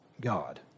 God